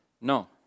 No